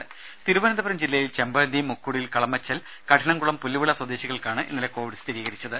ദേദ തിരുവനന്തപുരം ജില്ലയിൽ ചെമ്പഴന്തി മുക്കുടിൽ കളമച്ചൽ കഠിനംകുളം പുല്ലുവിള സ്വദേശികൾക്കാണ് ഇന്നലെ കോവിഡ് സ്ഥിരീകരിച്ചത്